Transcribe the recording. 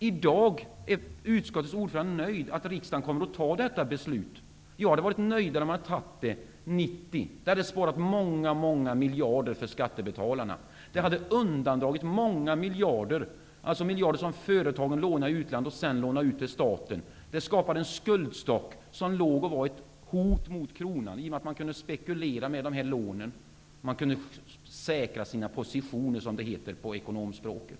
I dag är utskottets ordförande nöjd med att riksdagen kommer att fatta detta beslut. Jag hade varit nöjdare om riksdagen hade fattat detta beslut 1990. Det hade sparat många miljarder för skattebetalarna, och det hade undandragit många miljarder som företagen lånar i utlandet och sedan lånar ut till staten. Det skapade en skuldstock som låg och var ett hot mot kronan, i och med att man kunde spekulera med dessa lån, och man kunde säkra sina positioner, som det heter på ekonomspråket.